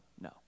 no